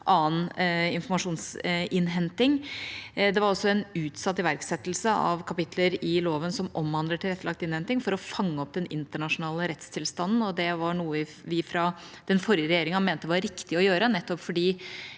annen informasjonsinnhenting. Det var også en utsatt iverksettelse av kapitler i loven som omhandler tilrettelagt innhenting, for å fange opp den internasjonale rettstilstanden. Det var noe vi fra den forrige regjeringa mente var riktig å gjøre, nettopp fordi